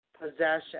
possession